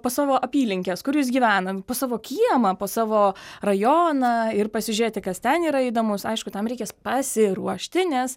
po savo apylinkes kur jūs gyvenam po savo kiemą po savo rajoną ir pasižiūrėti kas ten yra įdomus aišku tam reikės pasiruošti nes